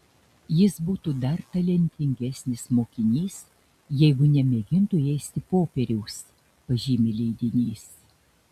jis būtų dar talentingesnis mokinys jeigu nemėgintų ėsti popieriaus pažymi leidinys